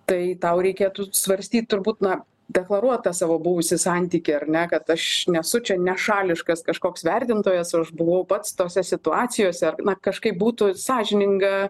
tai tau reikėtų svarstyt turbūt na deklaruot tą savo buvusį santykį ar ne kad aš nesu čia nešališkas kažkoks vertintojas buvau pats tose situacijose na kažkaip būtų sąžininga